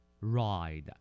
ride